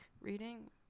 Reading